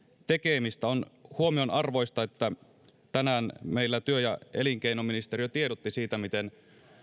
tekemistä on huomionarvoista että tänään meidän työ ja elinkeinoministeriö tiedotti siitä miten